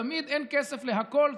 תמיד אין כסף להכול,